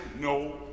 No